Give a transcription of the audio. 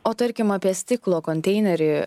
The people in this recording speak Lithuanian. o tarkim apie stiklo konteinerį